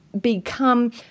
become